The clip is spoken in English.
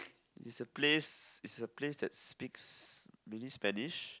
it's a place it's a place that speaks mainly Spanish